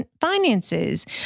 finances